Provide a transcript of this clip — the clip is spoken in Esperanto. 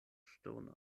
ŝtonon